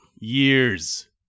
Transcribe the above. years